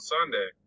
Sunday